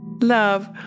love